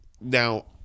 Now